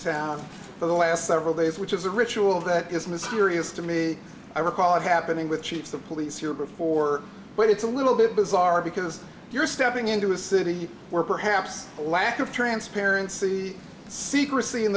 town for the last several days which is a ritual that is mysterious to me i recall it happening with chiefs of police here before but it's a little bit bizarre because you're stepping into a city where perhaps a lack of transparency secrecy